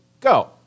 Go